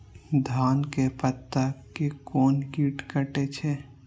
धान के पत्ता के कोन कीट कटे छे?